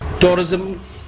Tourism